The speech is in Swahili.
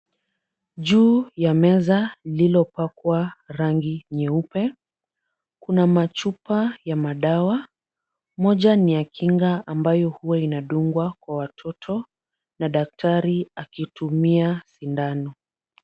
Juu ya meza lililopakwa rangi nyeupe kuna machupa ya madawa, moja ni ya kinga ambayo huwa inadungwa kwa watoto na daktari akitumia sindano.